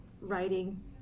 writing